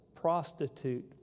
prostitute